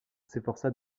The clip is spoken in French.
s’efforça